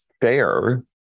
fair